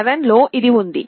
ARM7 లో ఇదే ఉంది